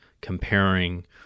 comparing